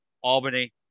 albany